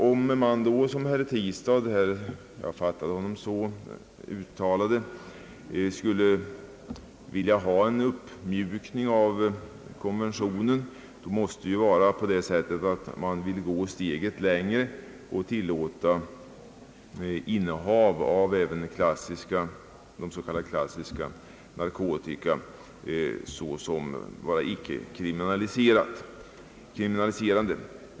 Om man då som herr Tistad uttalade — jag fattade honom så skulle vilja ha en uppmjukning av konventionen, måste man vilja gå steget längre och tillåta innehav av även s.k. klassiska narkotika såsom icke kriminaliserade.